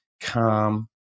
calm